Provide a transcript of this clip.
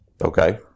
Okay